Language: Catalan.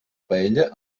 paella